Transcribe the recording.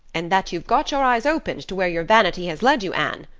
and that you've got your eyes opened to where your vanity has led you, anne.